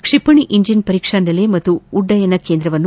ಕ್ಷಿಪಣಿ ಇಂಜಿನ್ ಪರೀಕ್ಷಾ ನೆಲೆ ಹಾಗೂ ಉಡಾವಣಾ ಕೇಂದ್ರವನ್ನು